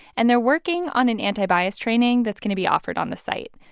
and they're working on an anti-bias training that's going to be offered on the site.